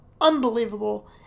Unbelievable